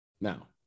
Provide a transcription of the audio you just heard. Now